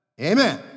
Amen